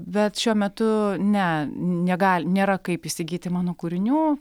bet šiuo metu ne negal nėra kaip įsigyti mano kūrinių